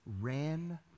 ran